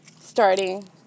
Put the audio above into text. starting